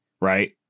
Right